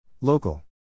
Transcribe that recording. Local